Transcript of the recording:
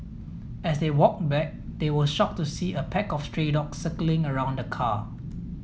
as they walked back they were shocked to see a pack of stray dogs circling around the car